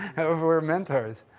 however, we're mentors.